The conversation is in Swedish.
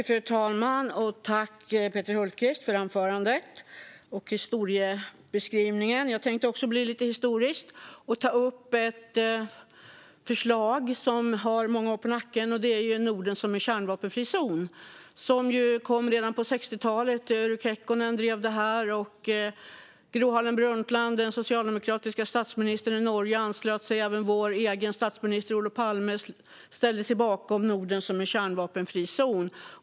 Fru talman! Tack, Peter Hultqvist, för anförandet och historiebeskrivningen! Jag tänkte också bli lite historisk och ta upp ett förslag som har många år på nacken: Norden som en kärnvapenfri zon. Förslaget kom redan på 60-talet. Urho Kekkonen drev det, och Gro Harlem Brundtland, den socialdemokratiska statsministern i Norge, anslöt sig. Även vår egen statsminister Olof Palme ställde sig bakom Norden som en kärnvapenfri zon.